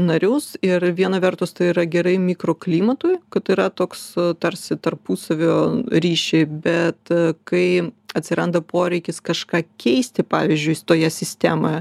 narius ir viena vertus tai yra gerai mikroklimatui kad yra toks tarsi tarpusavio ryšį bet kai atsiranda poreikis kažką keisti pavyzdžiui toje sistemoje